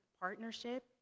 partnership